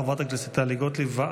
חברת הכנסת טלי גוטליב,